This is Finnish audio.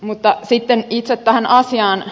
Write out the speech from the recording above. mutta sitten itse tähän asiaan